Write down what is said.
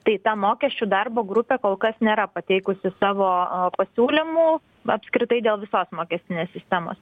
tai ta mokesčių darbo grupė kol kas nėra pateikusi savo pasiūlymų apskritai dėl visos mokestinės sistemos